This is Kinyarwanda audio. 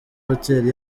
hoteli